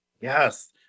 yes